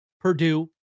Purdue